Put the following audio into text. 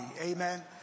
amen